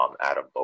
Adam